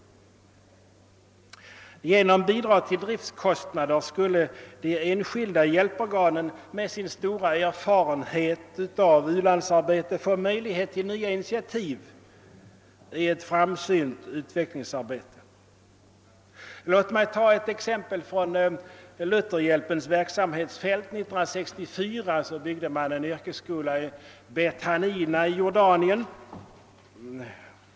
Genom bidrag till driftkostnader skulle de enskilda hjälporganen med sin stora erfarenhet av u-landsarbete få möjlighet till nya initiativ i ett framsynt utvecklingsarbete. Låt mig ta ett exempel från Lutherhjälpens verksamhetsfält. 1964 byggde man en yrkesskola i Beit Hanina i Jordanien.